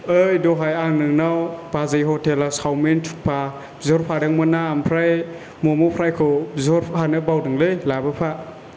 ओइ दहाय आं नोंनाव बाजै हटेलाव सावमिन थुक्पा बिहरफादोंमोनना ओमफ्राय म'म' फ्राय खौ बिहरफानो बावदोंलै लाबोफा